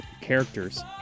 characters